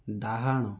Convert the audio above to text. ଡାହାଣ